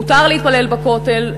מותר להתפלל בכותל.